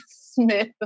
Smith